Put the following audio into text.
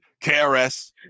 KRS